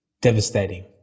devastating